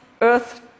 earth